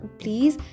please